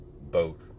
boat